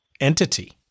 entity